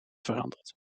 veranderd